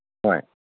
ꯍꯣꯏ